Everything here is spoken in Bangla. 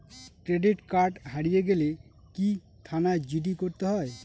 ক্রেডিট কার্ড হারিয়ে গেলে কি থানায় জি.ডি করতে হয়?